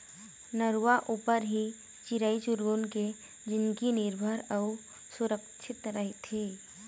नरूवा ऊपर ही चिरई चिरगुन के जिनगी निरभर अउ सुरक्छित रहिथे